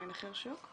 ממחיר שוק?